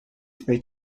they